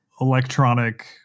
electronic